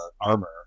armor